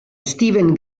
steven